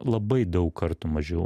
labai daug kartų mažiau